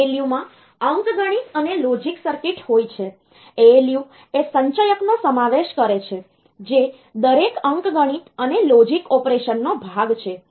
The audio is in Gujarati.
ALU માં અંકગણિત અને લોજિક સર્કિટ હોય છે ALU એ સંચયકનો સમાવેશ કરે છે જે દરેક અંકગણિત અને લોજિક ઓપરેશન નો ભાગ છે